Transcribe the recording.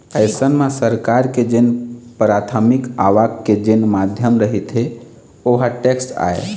अइसन म सरकार के जेन पराथमिक आवक के जेन माध्यम रहिथे ओहा टेक्स आय